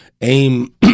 aim